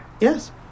Yes